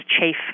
chafe